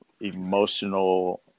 emotional